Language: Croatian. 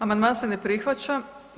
Amandman se ne prihvaća.